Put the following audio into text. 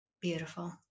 Beautiful